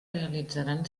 realitzaran